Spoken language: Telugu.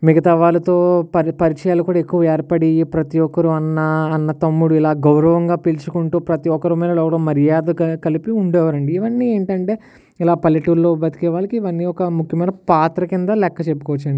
మిగతా వాళ్ళతో పరి పరిచయాలు కూడా ఎక్కువ ఏర్పడి ప్రతి ఒక్కరు అన్న అన్న తమ్ముడు ఇలా గౌరవంగా పిలుచుకుంటూ ప్రతి ఒక్కరు పిలవడం మర్యాదగా కలిపి ఉండేవారండి ఇవన్నీ ఏంటంటే ఇలా పల్లెటూర్లో బతికే వాళ్ళకి ఇవన్నీ ఒక ముఖ్యమైన పాత్ర కింద లెక్క చెప్పుకోవచ్చండి